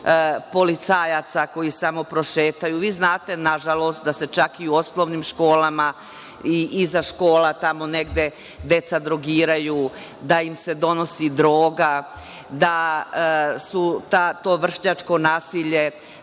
policajaca koji samo prošetaju, vi znate na žalost da se čak i u osnovnim školama iza škola tamo negde deca drogiraju, da im se donosi droga, da su to vršnjačko nasilje